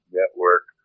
network